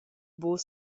buca